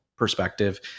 perspective